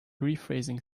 rephrasing